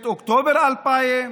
את אוקטובר 2000,